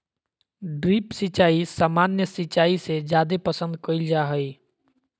drip सिंचाई सामान्य सिंचाई से जादे पसंद कईल जा हई